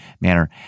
manner